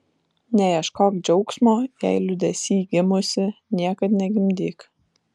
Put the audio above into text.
neieškok džiaugsmo jei liūdesy gimusi niekad negimdyk